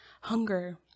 hunger